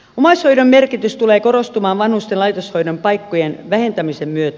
omaishoidon merkitys tulee korostumaan vanhusten laitoshoidon paikkojen vähentämisen myötä